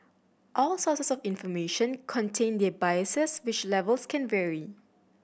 all sources of information contain their biases which levels can vary